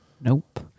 Nope